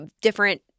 different